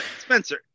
Spencer